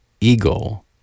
Eagle